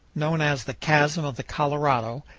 known as the chasm of the colorado,